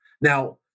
Now